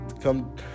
Come